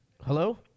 Hello